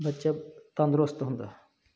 ਬੱਚਾ ਤੰਦਰੁਸਤ ਹੁੰਦਾ